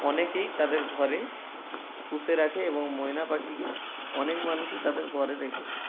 অনেকেই তাদের ঘরে পুষে রাখে এবং ময়না পাখিকে অনেক মানুষই তাদের ঘরে রেখেছে